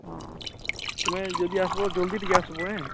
ହଁ ତୁମେ ଯଦି ଆସିବ ଜଲ୍ଦି ଟିକେ ଆସବ ଏଁ